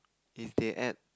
if they add